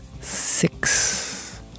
six